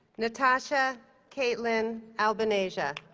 natasha kaitlin albaneze yeah